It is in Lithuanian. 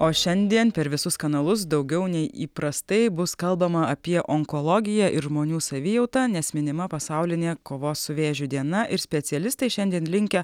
o šiandien per visus kanalus daugiau nei įprastai bus kalbama apie onkologiją ir žmonių savijautą nes minima pasaulinė kovos su vėžiu diena ir specialistai šiandien linkę